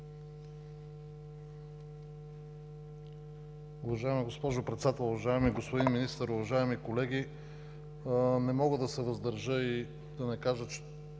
Уважаема госпожо Председател, уважаеми господин Министър, уважаеми колеги! Не мога да се въздържа и да не кажа, че